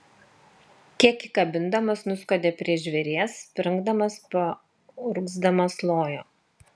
kiek įkabindamas nuskuodė prie žvėries springdamas paurgzdamas lojo